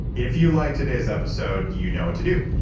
if you liked today's episode, you know what to do,